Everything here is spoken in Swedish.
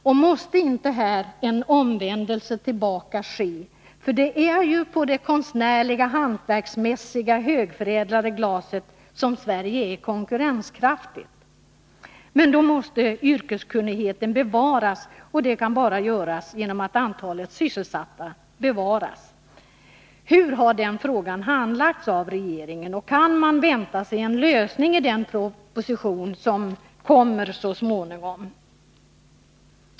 Måste det inte här ske en vändning tillbaka? Det är ju med det konstnärliga, hantverksmässiga och högförädlade glaset som Sverige är konkurrenskraftigt. Men då måste yrkeskunnigheten bevaras, och det kan bara göras genom att antalet sysselsatta upprätthålls. Hur har den frågan handlagts av regeringen? Kan man vänta sig en lösning av den i den proposition som kommer så småningom?